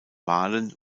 wahlen